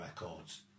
records